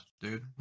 dude